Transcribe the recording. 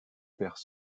père